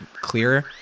clearer